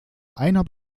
einer